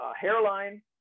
hairline